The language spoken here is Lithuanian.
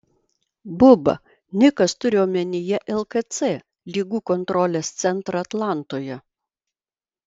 buba nikas turi omenyje lkc ligų kontrolės centrą atlantoje